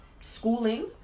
schooling